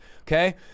okay